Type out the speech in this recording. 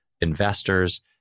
investors